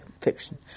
fiction